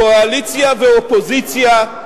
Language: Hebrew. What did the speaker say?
קואליציה ואופוזיציה,